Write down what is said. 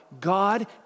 God